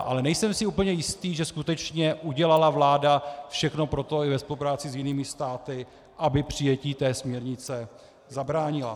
Ale nejsem si úplně jistý, že skutečně udělala vláda všechno pro to, aby ve spolupráci s jinými státy přijetí té směrnice zabránila.